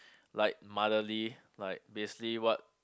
like motherly like basically what